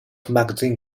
magazine